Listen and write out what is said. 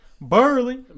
Burley